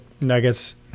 nuggets